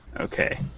Okay